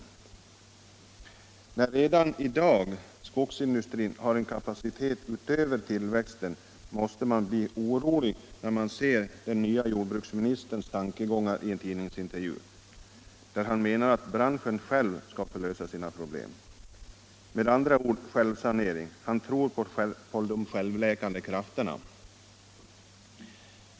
Med tanke på att redan i dag skogsindustrin har en kapacitet utöver tillväxten måste man bli orolig när man ser den nya jordbruksministerns tankegångar i en tidningsintervju, där han menar att branschen själv skall få lösa sina problem — dvs. en självsanering. Han tror på de självläkande krafterna.